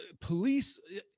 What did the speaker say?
police